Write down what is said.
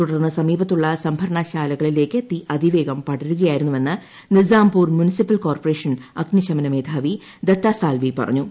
തുടർന്ന് സമീപത്തുള്ള സംഭരണ ശാലകളിലേയ്ക്ക് തീ അതിവേഗം പടരുകയായിരുന്നുവെന്ന് നിസാംപൂർ മുൻസിപ്പൽ കോർപ്പറേഷൻ അഗ്നിശമന മേധാവി ദത്ത സാൽവി പറഞ്ഞു